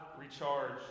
recharge